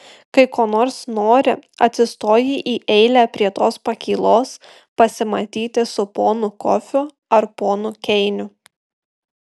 kai ko nors nori atsistoji į eilę prie tos pakylos pasimatyti su ponu kofiu ar ponu keiniu